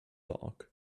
dark